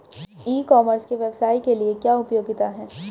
ई commerce के व्यवसाय के लिए क्या उपयोगिता है?